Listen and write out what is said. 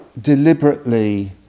deliberately